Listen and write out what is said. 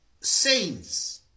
saints